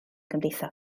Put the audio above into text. gymdeithas